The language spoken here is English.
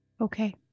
Okay